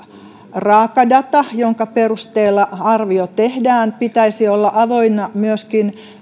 raakadatan jonka perusteella arvio tehdään pitäisi olla avoinna myöskin